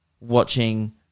watching